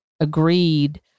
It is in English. agreed